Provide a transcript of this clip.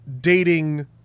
Dating